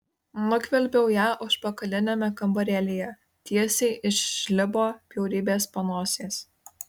nugvelbiau ją užpakaliniame kambarėlyje tiesiai iš žlibo bjaurybės panosės